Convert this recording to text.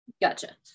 Gotcha